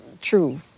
true